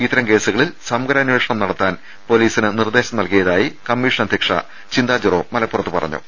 ഇത്തരം കേസുകളിൽ സമഗ്രാന്വേഷണം നടത്താൻ പൊലീസിന് നിർദേശം നൽകിയതായി കമ്മീഷൻ അധൃക്ഷ ചിന്താജെറോ മലപ്പുറത്ത് പറഞ്ഞു